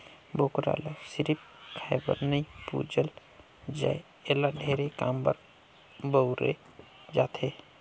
बोकरा ल सिरिफ खाए बर नइ पूजल जाए एला ढेरे काम बर बउरे जाथे